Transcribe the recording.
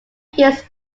years